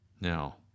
Now